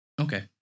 Okay